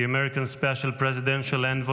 the American special presidential envoy